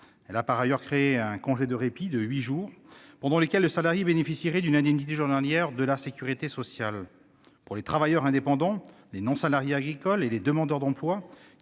Elle a, par ailleurs, créé un « congé de répit » de huit jours, pendant lesquels le salarié bénéficierait d'une indemnité journalière de la sécurité sociale. Pour les travailleurs indépendants, les non-salariés agricoles et les demandeurs d'emploi,